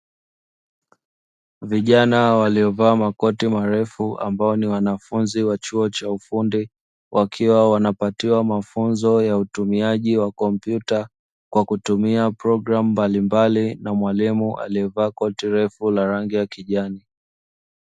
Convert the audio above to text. Vijana waliovaa makoti marefu ambao ni wanafunzi wa chuo cha ufundi, wakiwa wanafanyiwa mafunzo ya kompyuta, kwa kutumia programu mbalimbali na mwalimu aliyevaa koti refu la kijani.